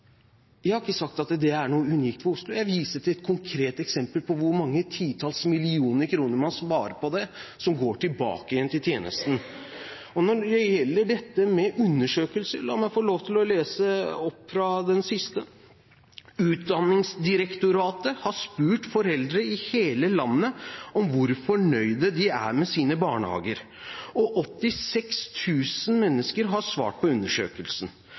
har jeg ikke sagt at det er unikt for Oslo. Jeg viste til et konkret eksempel på hvor mange titalls millioner kroner man sparer på det, kroner som går tilbake igjen til tjenesten. Når det gjelder dette med undersøkelser, la meg få lov til å lese opp fra den siste: «Utdanningsdirektoratet har spurt foreldre i hele landet om hvor fornøyde de er med sine barnehager, og 86.000 har svart på undersøkelsen.